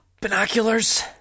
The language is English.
Binoculars